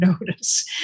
notice